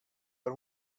per